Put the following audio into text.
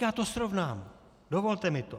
Tak já to srovnám, dovolte mi to.